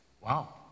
wow